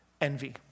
Envy